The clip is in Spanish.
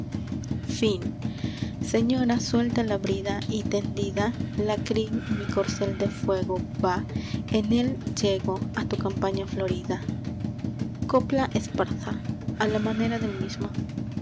ffin señora suelta la brida y tendida la crin mi corcel de fuego va en él llego a tu campaña florida copla espara a la